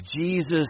Jesus